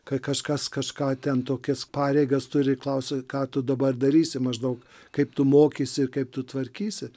kad kažkas kažką ten tokias pareigas turi klausia ką tu dabar darysi maždaug kaip tu mokysi kaip tu tvarkysi